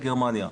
גרמניה,